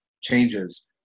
changes